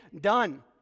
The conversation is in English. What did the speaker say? done